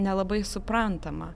nelabai suprantama